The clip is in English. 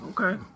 Okay